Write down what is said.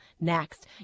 next